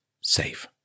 safe